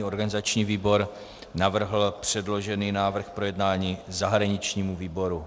Organizační výbor navrhl předložený návrh k projednání zahraničnímu výboru.